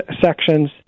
sections